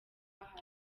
ahari